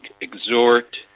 exhort